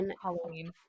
Halloween